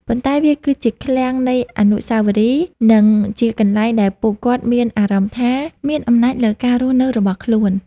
ប៉ុន្តែវាគឺជាឃ្លាំងនៃអនុស្សាវរីយ៍ និងជាកន្លែងដែលពួកគាត់មានអារម្មណ៍ថាមានអំណាចលើការរស់នៅរបស់ខ្លួន។